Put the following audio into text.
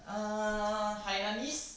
uh hainanese